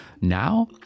Now